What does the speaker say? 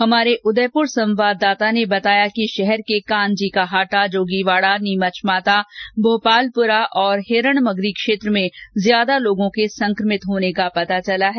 हमारे उदयपुर संवाददाता ने बताया कि शहर के कानजी का हाटा जोगीवाड़ा नीमच माता भोपालपुरा और हिरण मगरी क्षेत्र में ज्यादा लोगों के संक्रमित होने का पता चला है